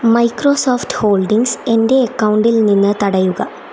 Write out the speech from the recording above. Microsoft holdings എൻ്റെ അക്കൗണ്ടിൽ നിന്ന് തടയുക